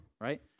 right